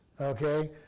Okay